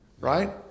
right